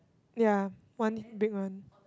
ya one big one